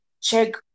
check